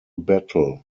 battle